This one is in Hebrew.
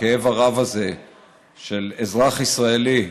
בכאב הרב הזה של אזרח ישראלי,